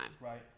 Right